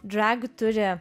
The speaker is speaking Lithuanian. drag turi